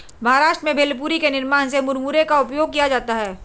महाराष्ट्र में भेलपुरी के निर्माण में मुरमुरे का उपयोग किया जाता है